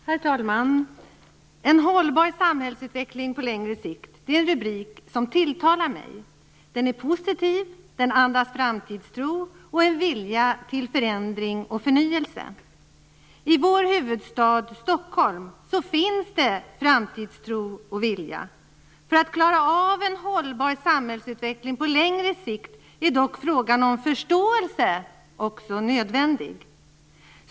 Herr talman! "En hållbar samhällsutveckling på längre sikt" - det är en rubrik som tilltalar mig. Den är positiv. Den andas framtidstro och en vilja till förändring och förnyelse. I vår huvudstad Stockholm finns det framtidstro och vilja. För att klara av en hållbar samhällsutveckling på längre sikt är dock frågan om förståelse också nödvändig.